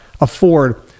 afford